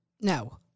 No